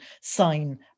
sign